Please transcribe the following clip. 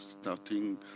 starting